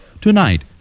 Tonight